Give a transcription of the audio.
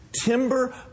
timber